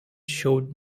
showed